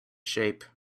shape